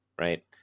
right